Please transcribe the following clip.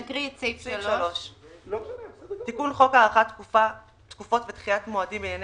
תקריאי את סעיף 3. תיקון חוק הארכת תקופות ודחיית מועדים בענייני